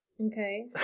Okay